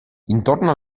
intorno